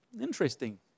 interesting